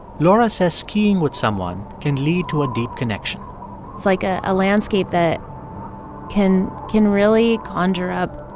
laura says skiing with someone can lead to a deep connection like ah a landscape that can can really conjure up